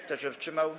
Kto się wstrzymał?